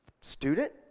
student